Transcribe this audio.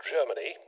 Germany